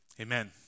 Amen